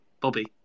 Bobby